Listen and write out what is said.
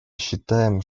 считаем